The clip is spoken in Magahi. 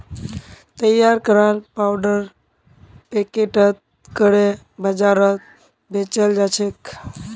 तैयार कराल पाउडर पैकेटत करे बाजारत बेचाल जाछेक